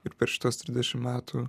ir per šituos trisdešimt metų